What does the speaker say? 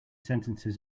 sentences